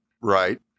Right